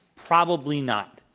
probably not.